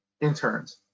interns